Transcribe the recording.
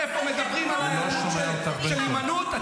איפה מדברים על ההיעלמות של היימנוט?